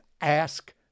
Ask